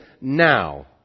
Now